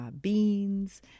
beans